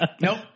nope